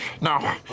No